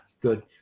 good